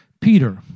Peter